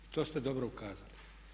To ste dobro ukazali.